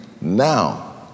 now